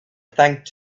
thanked